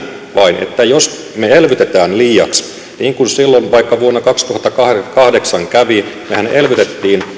että jos me elvytämme liiaksi niin kuin vaikka silloin vuonna kaksituhattakahdeksan kävi mehän elvytimme